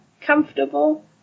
comfortable